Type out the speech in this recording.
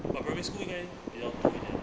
but primary school 应该比较多一点点